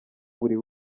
buri